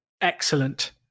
Excellent